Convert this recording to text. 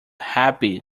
happy